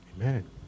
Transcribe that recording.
Amen